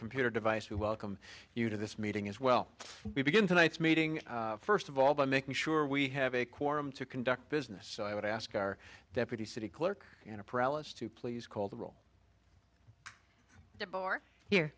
computer device we welcome you to this meeting as well we begin tonight meeting first of all by making sure we have a quorum to conduct business so i would ask our deputy city clerk you know paralysis to please call the roll bar here